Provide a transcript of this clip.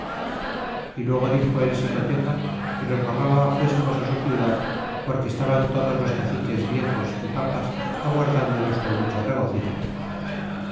y luego dixo el xi cotenga que nos rogaba fuésemos á su ciudad porque estaban todos los caciques viejos y papas aguardándonos con mucho regocijo